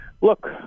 look